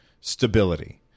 stability